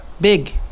big